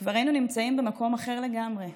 כבר היינו נמצאים במקום אחר לגמרי,